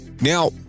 Now